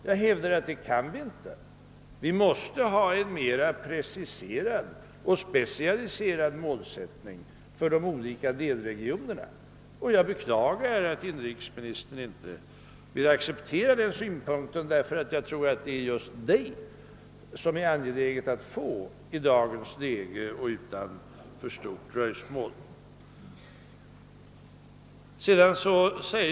Jag hävdar att vi inte kan klara oss på detta sätt, utan att vi måste ha en mera preciserad och specialiserad målsättning för de olika delregionerna. Jag beklagar att inrikesministern inte vill respektera den synpunkten, ty jag tror det är detta som är angeläget i dagens situation. Dröjsmålet med en sådan målformulering får inte bli för långt.